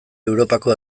europako